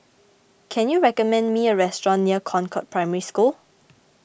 can you recommend me a restaurant near Concord Primary School